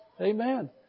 Amen